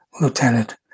Lieutenant